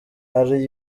ari